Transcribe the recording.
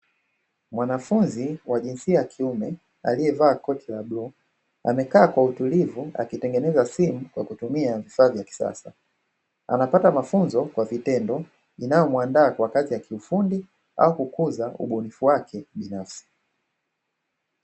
Mwanafunzi wa jinsia ya kiume aliyevaa koti la bluu amekaa kwa utulivu akitengeneza simu kwa kutumia vifaa vya kisasa. Anapata mafunzo kwa vitendo inayomuandaa kwa kazi ya kiufundi au kukuza ubunifu wake binafsi.